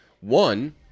One